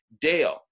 Dale